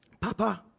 Papa